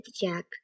Jack